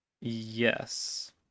Yes